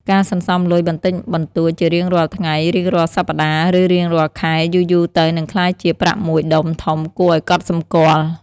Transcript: ការសន្សំលុយបន្តិចបន្តួចជារៀងរាល់ថ្ងៃ រៀងរាល់សប្តាហ៍ ឬរៀងរាល់ខែ យូរៗទៅនឹងក្លាយជា ប្រាក់មួយដុំធំគួរឱ្យកត់សម្គាល់។